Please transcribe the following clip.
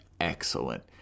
excellent